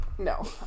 No